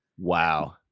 wow